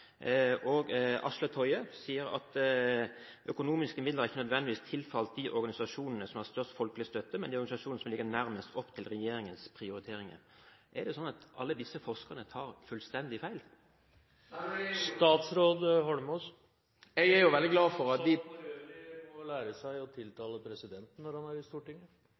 Og Asle Toje sier: «Økonomiske midler har ikke nødvendigvis tilfalt de organisasjonene som har størst folkelig støtte, men de organisasjonene som ligger nærmest opp til regjeringens prioriteringer.» Er det slik at alle disse forskerne tar fullstendig feil? Det er veldig viktig at representanten trekker fram noen av disse forskerne, for dette er nettopp forskere som finansieres bl.a. gjennom forskningsmidler, gitt gjennom utviklingsbudsjettet. Det er i